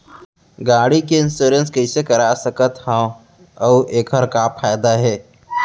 गाड़ी के इन्श्योरेन्स कइसे करा सकत हवं अऊ एखर का फायदा हे?